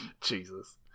Jesus